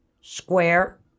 Square